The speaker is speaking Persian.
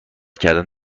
کردن